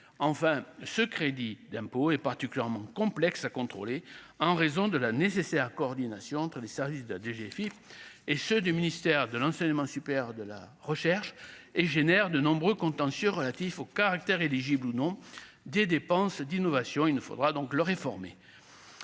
enfin, ce crédit d'impôt est particulièrement complexe à contrôler en raison de la nécessaire coordination entre les services de la DGFIP et ceux du ministère de l'enseignement supérieur de la recherche et génère de nombreux contentieux relatifs au caractère éligible ou non des dépenses d'innovation, il ne faudra donc le réformer